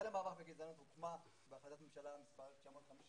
מערכת החינוך הישראלית ממלאים את חובתם האזרחית הרגישו ומרגישים